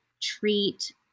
treat